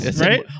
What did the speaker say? right